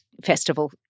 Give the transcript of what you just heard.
festival